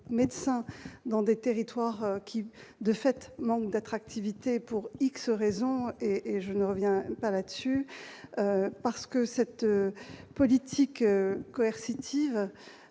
médecins dans des territoires qui, de fait, manque d'attractivité pour X raisons et et je ne reviens pas là dessus parce que cette politique colère